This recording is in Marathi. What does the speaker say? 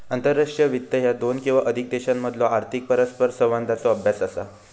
आंतरराष्ट्रीय वित्त ह्या दोन किंवा अधिक देशांमधलो आर्थिक परस्परसंवादाचो अभ्यास असा